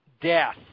death